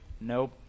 nope